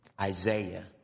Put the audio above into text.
Isaiah